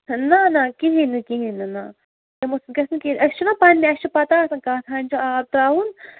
نَہ نَہ کِہیٖنۍ نہٕ کِہیٖنۍ نہٕ نہ تِمو سۭتۍ گَژھِ نہٕ کِہیٖںی أسۍ چھِنَہ پنٛنہِ اَسہِ چھِ پتہ آسان کَتھ ہَنۍ چھُ آب ترٛاوُن